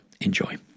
Enjoy